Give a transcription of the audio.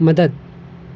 مدد